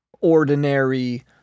ordinary